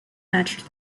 matched